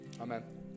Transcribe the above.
Amen